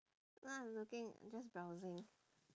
now I'm looking just browsing